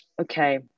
okay